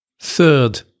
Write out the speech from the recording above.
Third